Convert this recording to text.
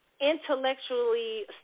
intellectually